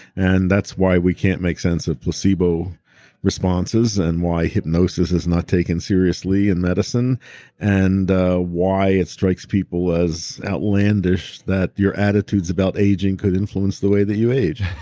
and that's why we can't make sense of placebo responses and why hypnosis is not taken seriously in medicine and why it strikes people as outlandish that your attitudes about aging could influence the way that you age